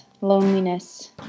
loneliness